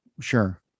Sure